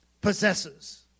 possesses